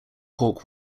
hawk